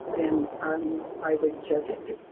then um i would just